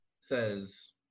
says